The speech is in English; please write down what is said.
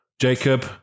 Jacob